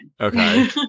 Okay